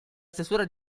stesura